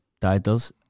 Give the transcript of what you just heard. titles